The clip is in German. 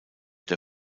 der